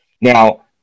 Now